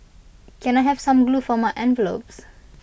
can I have some glue for my envelopes